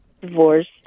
divorced